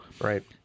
Right